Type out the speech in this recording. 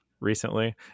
recently